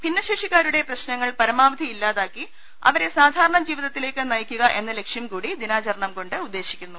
ഭിന്നശേഷിക്കാരുടെ പ്രശ്ന ങ്ങൾ പരമാവധി ഇല്ലാതാക്കി അവരെ സാധാരണ ജീവിതത്തി ലേയ്ക്ക് നയിക്കുക ്എന്ന ലക്ഷ്യം കൂടി ദിനാചരണം കൊണ്ട് ഉദ്ദേശിക്കുന്നു